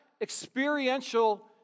experiential